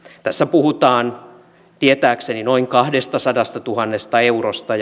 tässä puhutaan tietääkseni noin kahdestasadastatuhannesta eurosta